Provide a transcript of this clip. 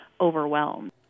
overwhelmed